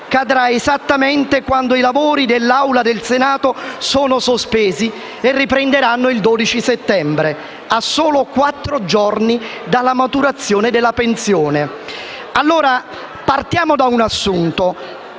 Allora, partiamo da un assunto.